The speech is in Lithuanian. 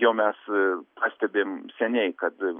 jo mes pastebim seniai kad